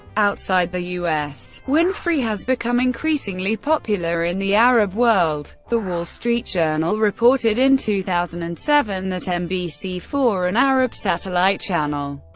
outside the u s. winfrey has become increasingly popular in the arab world. the street journal reported in two thousand and seven that mbc four, an arab satellite channel,